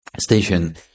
station